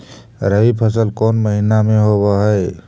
रबी फसल कोन महिना में होब हई?